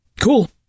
cool